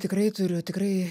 tikrai turiu tikrai